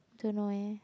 don't know eh